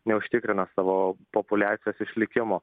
neužtikrina savo populiacijos išlikimo